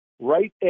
right